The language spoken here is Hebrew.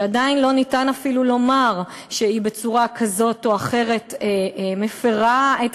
שעדיין אי-אפשר אפילו לומר שהיא בצורה כזו או אחרת מפרה את